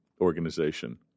organization